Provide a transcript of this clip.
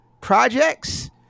projects